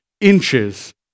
inches